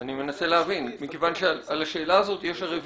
אני מנסה להבין מכיוון שעל השאלה הזאת יש הרי ויכוח.